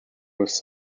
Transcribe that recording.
was